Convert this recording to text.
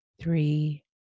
three